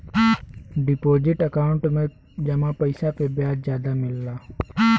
deposit account में जमा पइसा पे ब्याज जादा मिलला